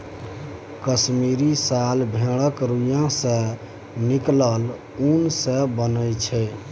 कश्मीरी साल भेड़क रोइयाँ सँ निकलल उन सँ बनय छै